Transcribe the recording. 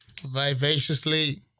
Vivaciously